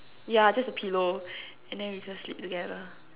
yeah just a pillow and then we just sleep together